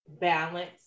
balance